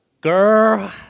Girl